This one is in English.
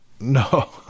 No